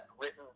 written